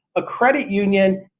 a credit union,